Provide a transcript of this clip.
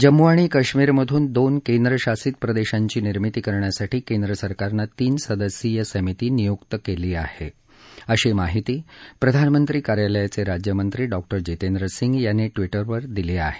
जम्मू आणि काश्मीरमधून दोन केंद्रशासित प्रदेशांची निर्मिती करण्यासाठी केंद्र सरकारनं तीन सदस्यीय समिती नियुक्ती केली आहे अशी माहिती प्रधानमंत्री कार्यालयाचे राज्यमंत्री डॉक्टर जितेंद्र सिंग यांनी ट्विटरवर दिली आहे